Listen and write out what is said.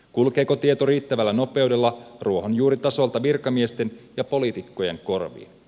kulkeeko tieto riittävällä nopeudella ruohonjuuritasolta virkamiesten ja poliitikkojen korviin